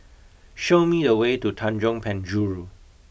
show me the way to Tanjong Penjuru